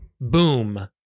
boom